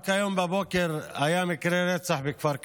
רק היום בבוקר היה מקרה רצח בכפר קאסם.